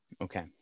Okay